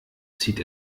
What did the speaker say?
zieht